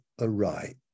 aright